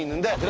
and